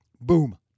boom